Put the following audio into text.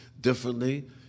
differently